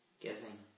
giving